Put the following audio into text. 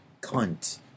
cunt